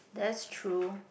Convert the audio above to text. that's true